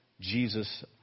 Jesus